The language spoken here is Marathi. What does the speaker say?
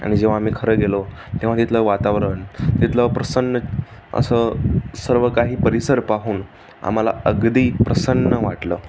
आणि जेव्हा आम्ही खरं गेलो तेव्हा तिथलं वातावरण तिथलं प्रसन्न असं सर्व काही परिसर पाहून आम्हाला अगदी प्रसन्न वाटलं